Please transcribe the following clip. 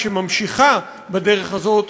כשהיא ממשיכה בדרך הזאת,